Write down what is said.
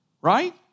right